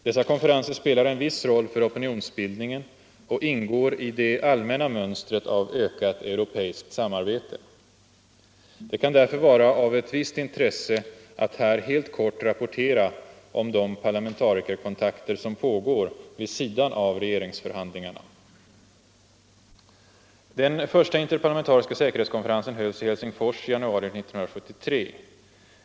Dessa konferenser spelar en viss roll för opinionsbildningen och ingår i det allmänna mönstret av ökat europeiskt samarbete. Det kan därför vara av ett visst intresse att här helt kort rapportera om de parlamentarikerkontakter som pågår vid sidan av regeringsförhandlingarna. Den första interparlamentariska säkerhetskonferensen hölls i Helsingfors i januari 1973.